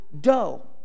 dough